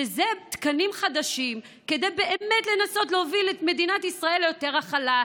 שזה תקן חדש כדי באמת לנסות להוביל את מדינת ישראל ליותר הכלה,